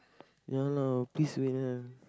ya lah please wait ah